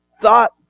thought